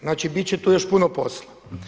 Znači bit će tu još puno posla.